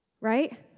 Right